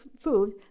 food